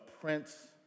Prince